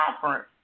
conference